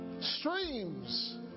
streams